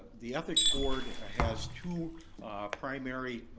the ethics board ah has two primary